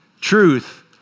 truth